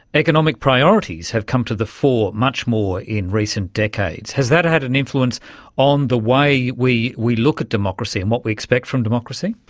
economic priorities have come to the fore much more in recent decades. has that had an influence on the way yeah we we look at democracy and what we expect from democracy?